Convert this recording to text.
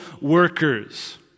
workers